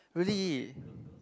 really